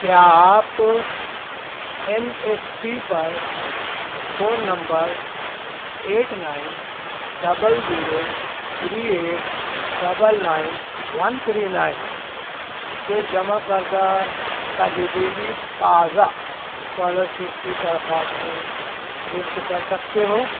کیا آپ N S P پر phone number eight nine double zero three eight double nine one three nine سے جمع کردہ تجدیدی تازہ اسکالرشپ کی درخواستیں لسٹ کر سکتے ہو